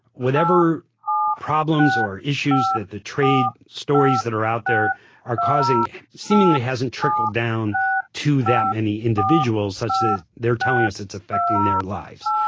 whatever problems or issues that the trade stories that are out there are causing seemingly hasn't trickled down to that many individuals such that they're telling us it's affecting their lives.